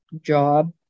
job